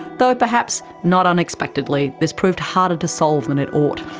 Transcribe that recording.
though perhaps not unexpectedly this proved harder to solve than it ought.